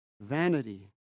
vanity